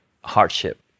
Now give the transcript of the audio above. hardship